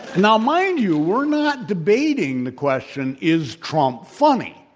now, mind you, we're not debating the question, is trump funny?